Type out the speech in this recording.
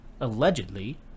allegedly